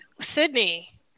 Sydney